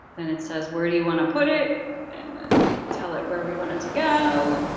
and it says where do you want to put it and then we tell it where we want it to go